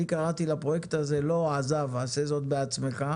אני לא קראתי לפרויקט הזה "עשה זאת בעצמך",